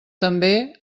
també